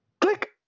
click